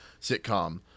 sitcom